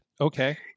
Okay